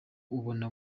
ubona